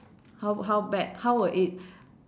how how bad how will it